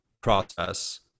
process